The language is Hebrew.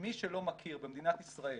מי שלא מכיר במדינת ישראל